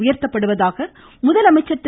உயர்த்தப்படுவதாக முதலமைச்சர் திரு